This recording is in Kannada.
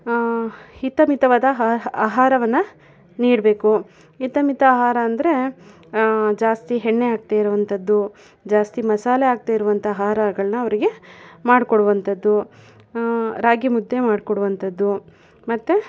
ಹಿತಮಿತವಾದ ಆ ಆಹಾರವನ್ನ ನೀಡಬೇಕು ಹಿತಮಿತ ಆಹಾರ ಅಂದರೆ ಜಾಸ್ತಿ ಎಣ್ಣೆ ಹಾಕದೇ ಇರೋವಂಥದ್ದು ಜಾಸ್ತಿ ಮಸಾಲೆ ಹಾಕದೇ ಇರುವಂಥ ಆಹಾರಗಳ್ನ ಅವರಿಗೆ ಮಾಡ್ಕೊಡುವಂಥದ್ದು ರಾಗಿ ಮುದ್ದೆ ಮಾಡ್ಕೊಡುವಂಥದ್ದು ಮತ್ತು